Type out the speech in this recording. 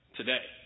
today